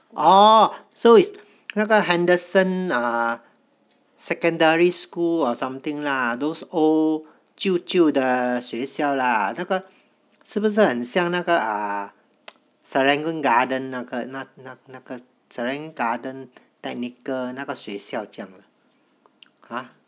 orh so is 那个 henderson secondary school or something lah those old 旧旧的学校啦那个是不是很像那个啊 serangoon garden 那个那个 serangoon garden technical 那个学校这样啊 !huh!